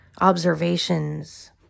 observations